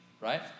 right